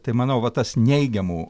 tai manau va tas neigiamų